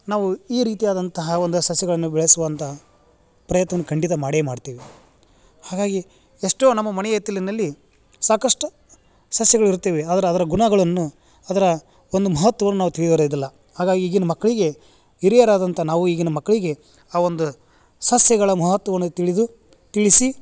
ನಾವು ಈ ರೀತಿಯಾದಂತಹ ಒಂದು ಸಸ್ಯಗಳನ್ನು ಬೆಳೆಸುವಂತಹ ಪ್ರಯತ್ನವನ್ನು ಖಂಡಿತ ಮಾಡೇ ಮಾಡ್ತೀವಿ ಹಾಗಾಗಿ ಎಷ್ಟೋ ನಮ್ಮ ಮನೆಯ ಹಿತ್ತಲಿನಲ್ಲಿ ಸಾಕಷ್ಟು ಸಸ್ಯಗಳಿರುತ್ತವೆ ಆದ್ರೆ ಅದರ ಗುಣಗಳನ್ನು ಅದರ ಒಂದು ಮಹತ್ವವನ್ನು ನಾವು ತಿಳಿಯೋರೆದಿಲ್ಲ ಹಾಗಾಗ್ ಈಗಿನ ಮಕ್ಕಳಿಗೆ ಹಿರಿಯರಾದಂತ ನಾವು ಈಗಿನ ಮಕ್ಕಳಿಗೆ ಆ ಒಂದು ಸಸ್ಯಗಳ ಮಹತ್ವವನ್ನು ತಿಳಿದು ತಿಳಿಸಿ